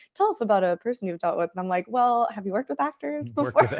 tell us about a person you've dealt with. and i'm like, well, have you worked with actors before?